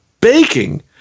baking